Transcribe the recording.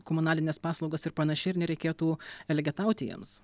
komunalines paslaugas ir panašiai ir nereikėtų elgetauti jiems